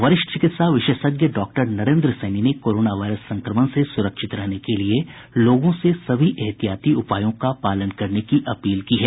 वरिष्ठ चिकित्सा विशेषज्ञ डॉक्टर नरेंद्र सैनी ने कोरोनो वायरस संक्रमण से सुरक्षित रहने के लिए लोगों से सभी एहतियाती उपायों का पालन करने की अपील की है